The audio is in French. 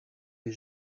les